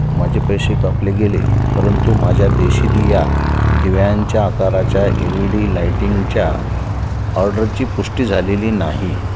माझे पैसे कापले गेले परंतु माझ्या देसीदिया दिव्यांच्या आकाराच्या एल ई डी लायटिंगच्या ऑर्डरची पुष्टी झालेली नाही